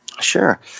sure